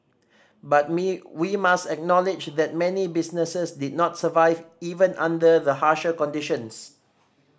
but me we must acknowledge that many businesses did survive even under the harsher conditions